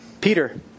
Peter